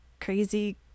crazy